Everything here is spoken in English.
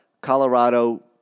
Colorado